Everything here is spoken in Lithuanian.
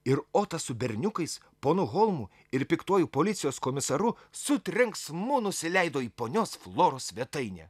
ir otas su berniukais ponu holmu ir piktuoju policijos komisaru su trenksmu nusileido į ponios floros svetainę